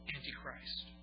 Antichrist